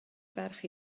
ferch